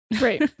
right